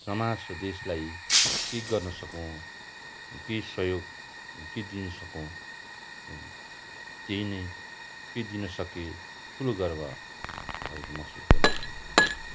समाज र देशलाई केही गर्न सकौँ केही सहयोग के दिन सकौँ त्यही नै केही दिन सके ठुलो गर्व भएको महसुस गर्न चाहना